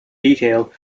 detail